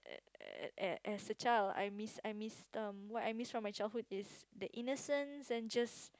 eh as a child I miss I miss um what I miss from my childhood is the innocence and just